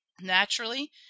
naturally